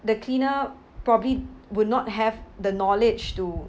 the cleaner probably would not have the knowledge to